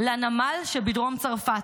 לנמל שבדרום צרפת.